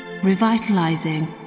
revitalizing